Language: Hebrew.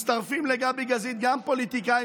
מצטרפים לגבי גזית גם פוליטיקאים